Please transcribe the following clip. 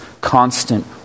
constant